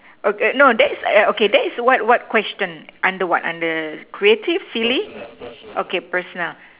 okay nowadays okay that is what what question under what under creative silly okay personal